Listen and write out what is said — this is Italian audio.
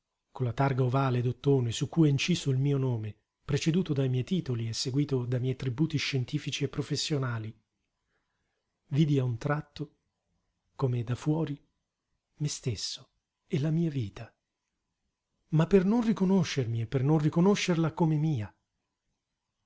con la targa ovale d'ottone su cui è inciso il mio nome preceduto dai miei titoli e seguito da miei attributi scientifici e professionali vidi a un tratto come da fuori me stesso e la mia vita ma per non riconoscermi e per non riconoscerla come mia